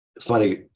Funny